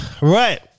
Right